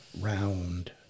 round